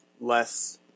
less